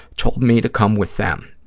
told me to come with them.